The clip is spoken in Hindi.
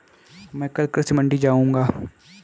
मैं कल कृषि मंडी जाऊँगा